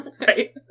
Right